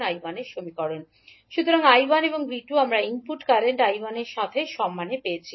এই চিত্র থেকে 𝐕1 𝐈110 20 30𝐈1 𝐕2 𝐈120 − 3 17𝐈1 সুতরাং I1 এবং 𝐕2 আমরা ইনপুট কারেন্ট 𝐈1 এর সাথে সম্মান পেয়েছি